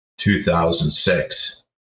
2006